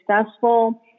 successful